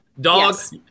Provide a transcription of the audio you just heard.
Dogs